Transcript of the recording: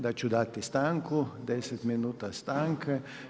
da ću dati stanku, 10 minuta stanke.